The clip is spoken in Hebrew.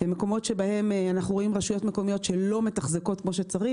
במקומות שבהם אנחנו רואים רשויות מקומיות שלא מתחזקות כמו שצריך,